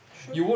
true